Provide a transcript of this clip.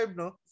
no